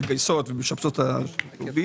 מגייסות ומשבצות אותן.